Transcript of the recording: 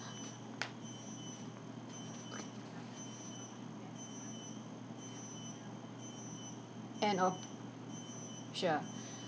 okay end of sure